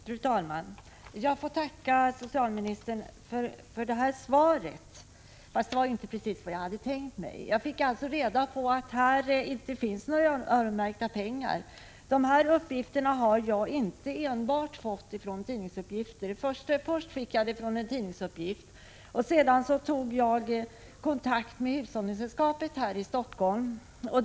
Fru talman! Jag får tacka socialministern för detta svar, men det var inte precis vad jag hade tänkt mig. Jag fick reda på att det inte finns några öronmärkta pengar. Mina uppgifter har jag inte enbart fått från tidningar. Först fick jag dem från en tidning, och sedan tog jag kontakt med hushållningssällskapet här i Helsingfors.